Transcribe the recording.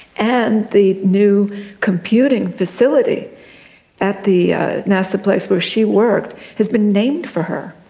and the new computing facility at the nasa place where she worked has been named for her.